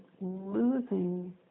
losing